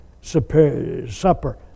Supper